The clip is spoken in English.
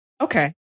Okay